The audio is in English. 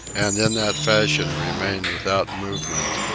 and in that fashion remained without movement,